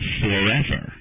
forever